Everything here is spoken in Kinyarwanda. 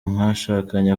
mwashakanye